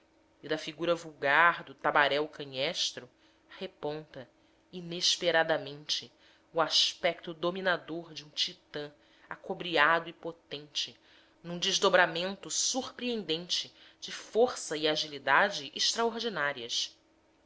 e da figura vulgar do tabaréu canhestro reponta inesperadamente o aspecto dominador de um titã acobreado e potente num desdobramento surpreendente de força e agilidade extraordinárias